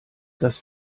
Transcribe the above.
das